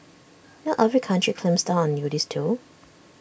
not every country clamps down on nudists though